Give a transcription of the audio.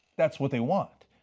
that's what they want.